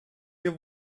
ihr